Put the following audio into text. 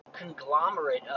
conglomerate